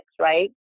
Right